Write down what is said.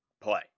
play